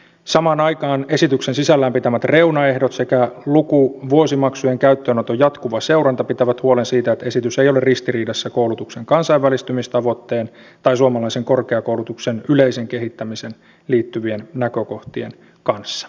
samaan aikaan esityksen sisällään pitämät reunaehdot sekä lukuvuosimaksujen käyttöönoton jatkuva seuranta pitävät huolen siitä että esitys ei ole ristiriidassa koulutuksen kansainvälistymistavoitteen tai suomalaisen korkeakoulutuksen yleiseen kehittämiseen liittyvien näkökohtien kanssa